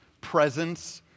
presence